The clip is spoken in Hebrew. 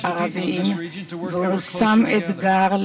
אויבים ותיקים נעשים שותפים,